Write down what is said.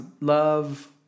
love